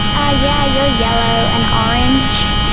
ah yeah, you're yellow and orange.